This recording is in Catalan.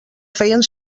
feien